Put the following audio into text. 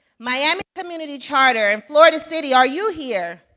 miami community charter and florida city, are you here?